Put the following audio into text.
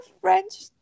French